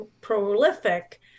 prolific